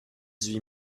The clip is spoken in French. huit